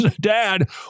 dad